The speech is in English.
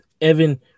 Evan